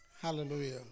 Hallelujah